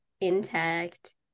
intact